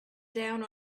down